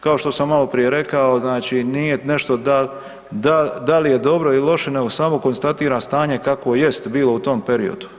Kao što sam maloprije rekao znači nije nešto da, da li je dobro ili loše nego samo konstatira stanje kakvo jest bilo u tom periodu.